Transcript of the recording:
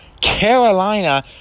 Carolina